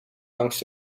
langs